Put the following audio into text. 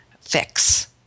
fix